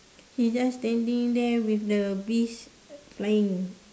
he just standing there with the bees flying